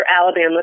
Alabama